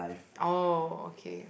oh okay